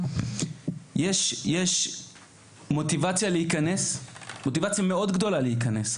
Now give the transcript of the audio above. יש מוטיבציה מאוד גדולה להיכנס.